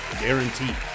guaranteed